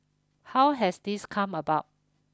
how has this come about